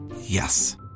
Yes